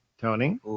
tony